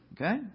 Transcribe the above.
Okay